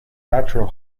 natural